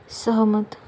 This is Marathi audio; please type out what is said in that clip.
सहमत